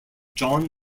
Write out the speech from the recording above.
john